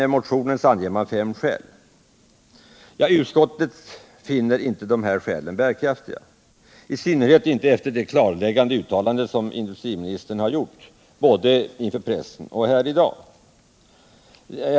I motionen anges fem skäl men utskottet finner inte de skälen bärkraftiga — De mindre och —- i synnerhet inte efter de klarläggande uttalanden som industriministern — medelstora har gjort, både inför pressen och här i dag.